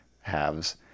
halves